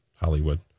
hollywood